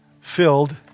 filled